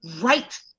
right